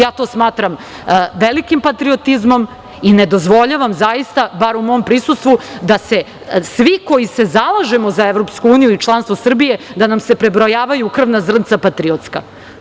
Ja to smatram velikim patriotizmom i ne dozvoljavam, zaista, bar u mom prisustvu da se svi koji se zalažemo za EU i članstvo Srbije da nam se prebrojavaju krvna zrnca patriotska.